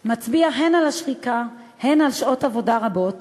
מצביע הן על השחיקה, הן על שעות עבודה רבות